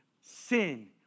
sin